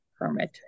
permit